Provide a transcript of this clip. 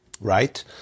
right